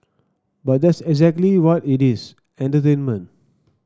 but that's exactly what it is entertainment